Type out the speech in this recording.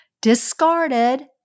discarded